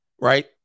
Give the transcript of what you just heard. right